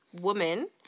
woman